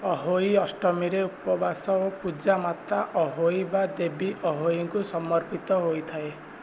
ଅହୋଇ ଅଷ୍ଟମୀରେ ଉପବାସ ଓ ପୂଜା ମାତା ଅହୋଇ ବା ଦେବୀ ଅହୋଇଙ୍କୁ ସମର୍ପିତ ହୋଇଥାଏ